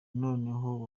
noneho